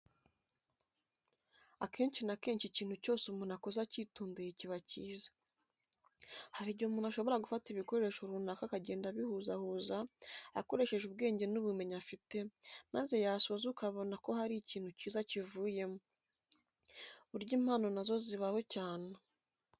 Akenshi na kenshi ikintu cyose umuntu akoze acyitondeye kiba cyiza. Hari igihe umuntu ashobora gufata ibikoresho runaka akagenda abihuzahuza akoresheje ubwenge n'ubumenyi afite, maze yasoza ukabona ko hari ikintu cyiza kivuyemo. Burya impano na zo zibaho cyane.